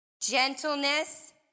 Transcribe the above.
gentleness